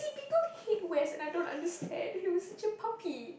people hate West I don't understand he was such a puppy